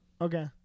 okay